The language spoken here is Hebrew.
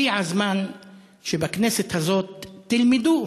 הגיע הזמן שבכנסת הזאת תלמדו